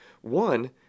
One